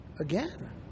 again